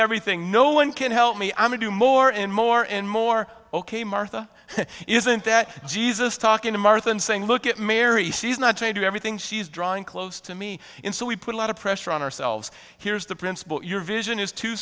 everything no one can help me i'm going to more and more and more ok martha isn't that jesus talking to martha and saying look at mary she's not trying to do everything she's drawing close to me in so we put a lot of pressure on ourselves here's the principle your vision is too